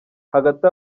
hagati